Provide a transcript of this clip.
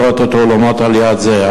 לראות את האולמות על-יד זה,